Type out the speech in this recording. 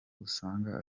usanga